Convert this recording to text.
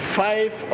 five